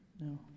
No